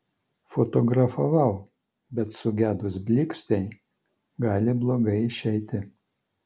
fotografavau bet sugedus blykstei gali blogai išeiti